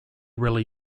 really